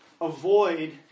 avoid